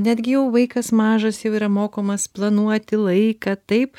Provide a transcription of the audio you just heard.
netgi jau vaikas mažas jau yra mokomas planuoti laiką taip